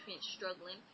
struggling